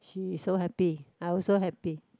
she is so happy I also happy